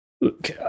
Look